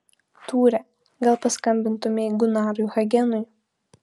tūre gal paskambintumei gunarui hagenui